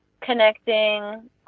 connecting